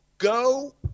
Go